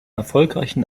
erfolgreichen